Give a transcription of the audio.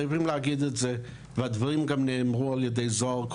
חייבים להגיד את זה והדברים גם נאמרו קודם על ידי זהר.